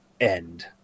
end